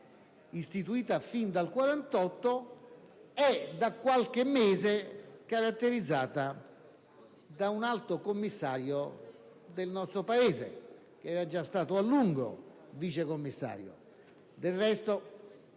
istituita fin dal 1948, è da qualche mese caratterizzata dalla presenza di un alto commissario del nostro Paese, che era già stato a lungo vice commissario.